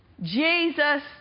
Jesus